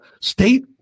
state